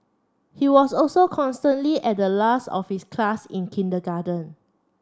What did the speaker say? he was also constantly at the last of his class in kindergarten